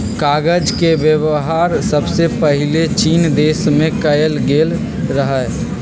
कागज के वेबहार सबसे पहिले चीन देश में कएल गेल रहइ